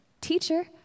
Teacher